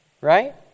right